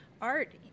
art